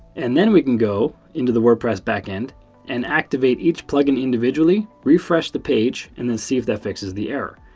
and then we can go into the wordpress back end and activate each plugin individually, refresh the page, and then see if that fixes the error.